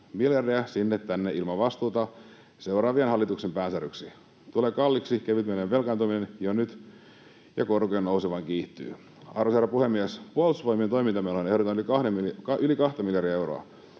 Miljardeja sinne tänne ilman vastuuta, seuraavien hallitusten päänsäryksi. Tulee kalliiksi kevytmielinen velkaantuminen jo nyt, ja korkojen nousu vain kiihtyy. Arvoisa herra puhemies! Puolustusvoimien toimintamenoihin ehdotetaan yli kahta miljardia euroa.